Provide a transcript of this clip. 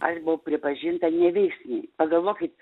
aš buvau pripažinta neveiksni pagalvokit